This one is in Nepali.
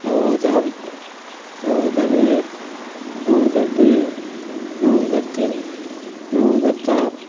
नौ हजार नौ हजार एक नौ हजार दुई नौ हजार तिन नौ हजार चार